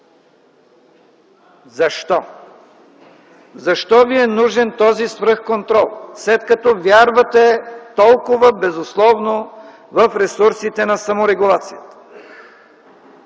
Защо? Защо Ви е нужен този свръхконтрол, след като вярвате толкова безусловно в ресурсите на саморегулацията?